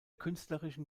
künstlerischen